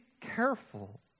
careful